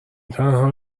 تنها